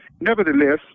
Nevertheless